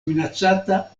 minacata